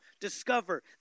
discover